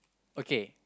okay